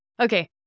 Okay